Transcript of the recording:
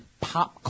pop